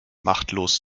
machtlos